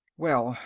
well,